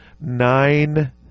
nine